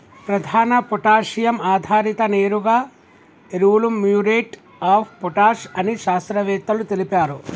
ప్రధాన పొటాషియం ఆధారిత నేరుగా ఎరువులు మ్యూరేట్ ఆఫ్ పొటాష్ అని శాస్త్రవేత్తలు తెలిపారు